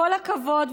כל הכבוד,